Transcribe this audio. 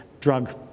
drug